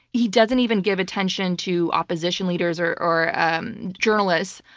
he doesn't even give attention to opposition leaders or or journalists.